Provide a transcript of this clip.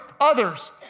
others